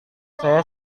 saya